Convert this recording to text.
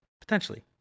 Potentially